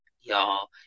Y'all